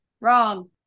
Wrong